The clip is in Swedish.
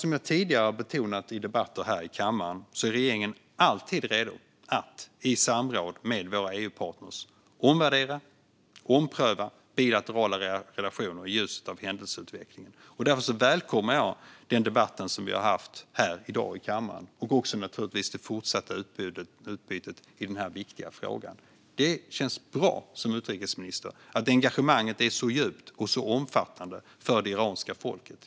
Som jag tidigare har betonat i debatter här i kammaren är regeringen alltid redo att i samråd med våra EU-partner omvärdera och ompröva bilaterala relationer i ljuset av händelseutvecklingen. Därför välkomnar jag den debatt som vi har haft här i dag i kammaren och också naturligtvis det fortsatta utbytet i den här viktiga frågan. För mig som utrikesminister känns det bra att engagemanget för det iranska folket är så djupt och omfattande.